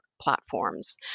platforms